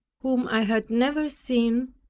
whom i had never seen,